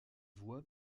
voit